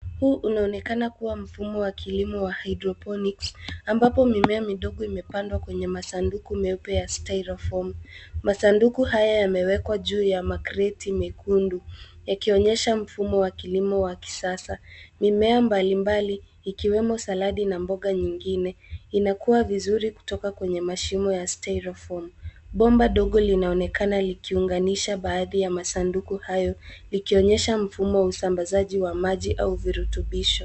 Huu unaonekana kuwa mfumo wa kilimo wa hydroponics ambapo mimea midogo imepandwa kwenye masunduku meupe ya styrofoam . Masanduku haya yamewekwa juu ya makreti mekundu yakionyesha mfumo wa kilimo wa kisasa. Mimea mbalimbali ikiwemo saladi na mboga nyingine inakuwa vizuri kutoka kwenye mashimo ya styrofoam . Bomba ndogo linaonekana likiunganisha baadhi ya masanduku hayo likionyesha mfumo wa usambazaji wa maji au virutubisho.